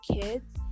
kids